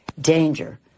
danger